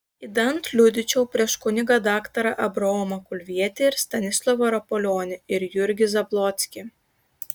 idant liudyčiau prieš kunigą daktarą abraomą kulvietį ir stanislovą rapolionį ir jurgį zablockį